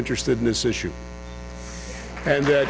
interested in this issue and